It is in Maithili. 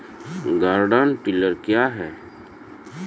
गार्डन टिलर क्या हैं?